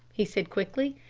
he said quickly.